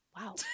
Wow